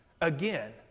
again